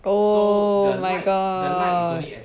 oh my god